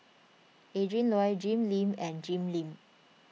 Adrin Loi Jim Lim and Jim Lim